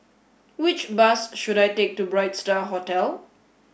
which bus should I take to Bright Star Hotel